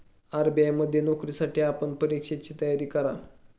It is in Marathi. आर.बी.आय मध्ये नोकरीसाठी आपण परीक्षेची तयारी करा